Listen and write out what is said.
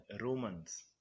Romans